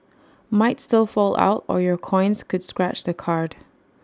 might still fall out or your coins could scratch the card